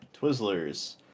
Twizzlers